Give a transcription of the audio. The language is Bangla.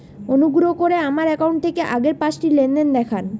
অনুগ্রহ করে আমার অ্যাকাউন্ট থেকে আগের পাঁচটি লেনদেন দেখান